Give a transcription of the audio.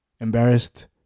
Embarrassed